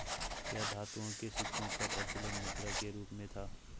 क्या धातुओं के सिक्कों का प्रचलन मुद्रा के रूप में था?